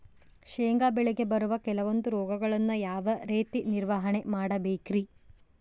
ಶೇಂಗಾ ಬೆಳೆಗೆ ಬರುವ ಕೆಲವೊಂದು ರೋಗಗಳನ್ನು ಯಾವ ರೇತಿ ನಿರ್ವಹಣೆ ಮಾಡಬೇಕ್ರಿ?